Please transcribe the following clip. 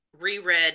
reread